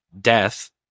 Death